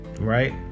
right